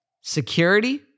Security